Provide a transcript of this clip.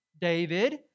David